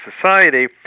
society